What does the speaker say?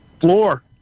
Floor